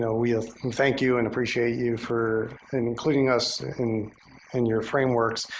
know, we ah and thank you and appreciate you for including us in and your frameworks.